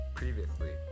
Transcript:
previously